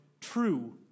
true